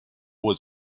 was